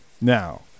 Now